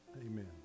Amen